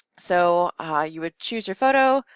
so ah you would choose your photo,